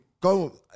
go